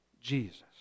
Jesus